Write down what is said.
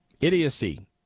Idiocy